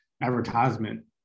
advertisement